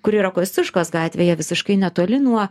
kuri yra kosciuškos gatvėje visiškai netoli nuo